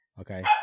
Okay